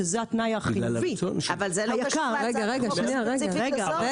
שזה התנאי החיובי --- אבל זה לא קשור להצעת החוק הספציפית הזאת.